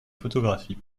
photographies